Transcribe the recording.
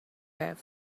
байв